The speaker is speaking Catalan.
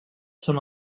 són